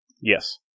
Yes